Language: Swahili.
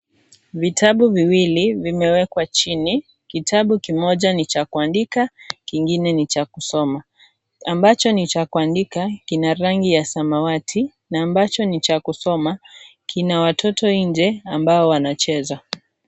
Vitabu viwili vimewekwa chini, kitabu kimoja ni cha kuandika kingine ni cha kusoma , ambacĥo ni cha kuandika kina rangi ya samawati na ambacho ni cha kuandika kina watoto nje ambao wanacheza.